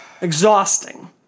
Exhausting